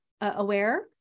aware